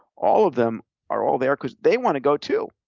all of them are all there because they wanna go, too.